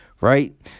right